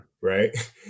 right